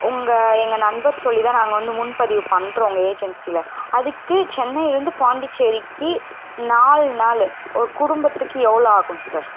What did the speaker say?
உங்கள் எங்கள் நண்பர் சொல்லிதான் நாங்கள் வந்து முன்பதிவு பண்ணுறோம் உங்கள் ஏஜென்சியில அதுக்கு சென்னையிலேருந்து பாண்டிச்சேரிக்கு நாலு நாள் ஒரு குடும்பத்துக்கு எவ்வளோ ஆகும் சார்